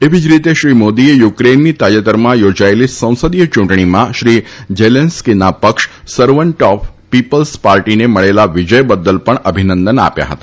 એવી જ રીતે શ્રી મોદીએ યુક્રેઈનની તાજેતરમાં થોજાયેલી સંસદીય યૂંટણીમાં શ્રી ઝેલેંસકીના પક્ષ સર્વન્ટ ઓફ પિપલ્સ પાર્ટીને મળેલા વિજય બદલ પણ અભિનંદન આપ્યા હતા